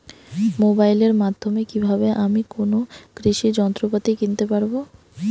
মোবাইলের মাধ্যমে কীভাবে আমি কোনো কৃষি যন্ত্রপাতি কিনতে পারবো?